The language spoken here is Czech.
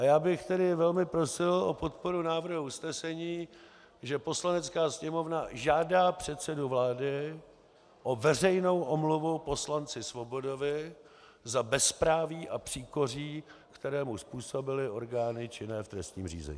Já bych tedy velmi prosil o podporu návrhu usnesení, že Poslanecká sněmovna žádá předsedu vlády o veřejnou omluvu poslanci Svobodovi za bezpráví a příkoří, které mu způsobily orgány činné v trestním řízení.